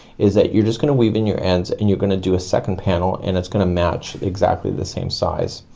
is that you're just gonna weave in your ends, and you're gonna do a second panel, and it's going to match exactly the same size.